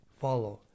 follow